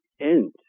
end